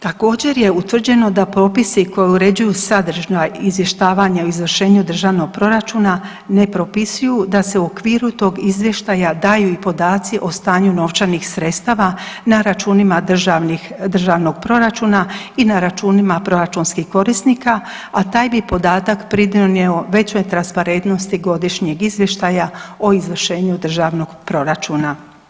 Također je utvrđeno da propisi koji uređuju sadržaj izvještavanja o izvršenju državnog proračuna ne propisuju da se u okviru tog izvještaja daju i podaci o stanju novčanih sredstava na računima državnih, državnog proračuna i na računima proračunskih korisnika, a taj bi podatak pridonio većoj transparentnosti godišnjeg izvještaja o izvršenju državnog proračuna.